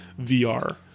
VR